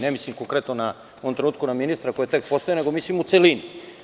Ne mislim konkretno u ovom trenutku na ministra, koji je to tek postao, nego mislim u celini.